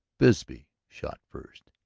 bisbee shot first.